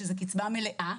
שזאת קצבה מלאה,